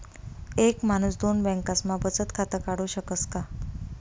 एक माणूस दोन बँकास्मा बचत खातं काढु शकस का?